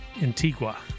Antigua